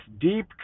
deep